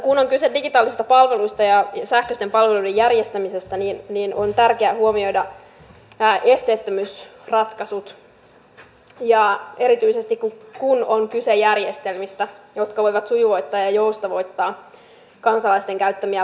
kun on kyse digitaalisista palveluista ja sähköisten palveluiden järjestämisestä niin on tärkeää huomioida nämä esteettömyysratkaisut erityisesti kun on kyse järjestelmistä jotka voivat sujuvoittaa ja joustavoittaa kansalaisten käyttämiä palveluita